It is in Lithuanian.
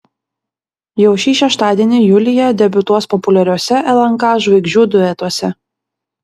jau šį šeštadienį julija debiutuos populiariuose lnk žvaigždžių duetuose